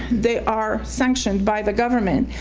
they are sanctioned by the government,